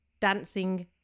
dancing